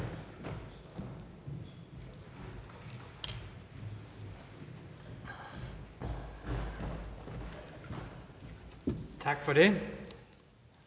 Tak for det.